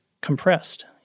compressed